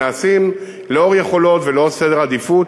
נעשים לאור יכולות ולאור סדר עדיפות,